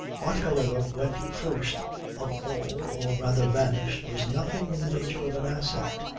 what however went first of all or rather vanished was nothing in the nature of an asset.